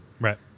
Right